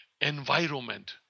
environment